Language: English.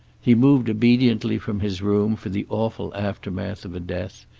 he moved obediently from his room for the awful aftermath of a death,